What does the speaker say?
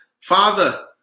Father